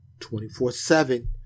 24-7